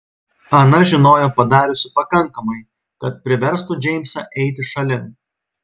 ana žinojo padariusi pakankamai kad priverstų džeimsą eiti šalin